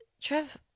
Trev